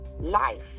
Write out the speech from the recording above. life